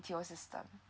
B_T_O system